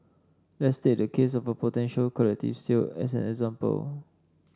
let's take the case of potential collective sale as an example